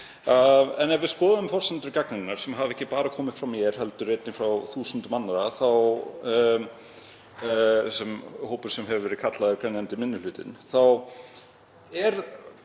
En ef við skoðum forsendur gagnrýninnar sem hafa ekki bara komið frá mér heldur einnig frá þúsundum annarra, frá hópi sem hefur verið kallaður grenjandi minni hluti, þá